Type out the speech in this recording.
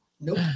Nope